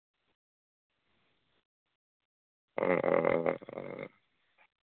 ᱚ